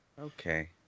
Okay